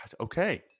okay